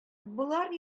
болар